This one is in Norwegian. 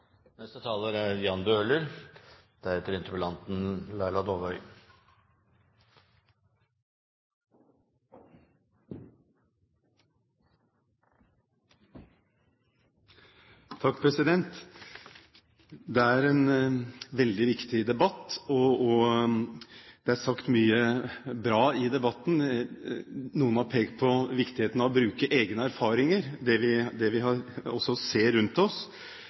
er en veldig viktig debatt, og det er sagt mye bra i debatten. Noen har pekt på viktigheten av å bruke egne erfaringer, det vi ser rundt oss. Selv har